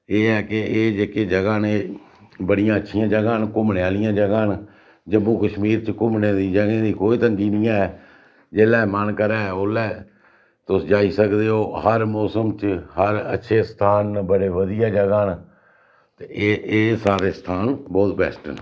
एह् ऐ कि एह् जेह्के जगह् न एह् बड़ियां अच्छियां जगह् न घूमने आह्लियां जगह् न जम्मू कश्मीर च घूमने दी जगहें दी कोई तंगी नी ऐ जेल्लै मन करै ओल्लै तुस जाई सकदे ओ हर मौसम च हर अच्छे स्थान न बड़े बड़े बधिया जगह् न ते एह् एह् सारे स्थान बोह्त बैस्ट न